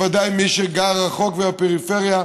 בוודאי את מי שגר רחוק ובפריפריה,